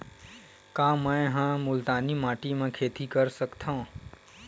का मै ह मुल्तानी माटी म खेती कर सकथव?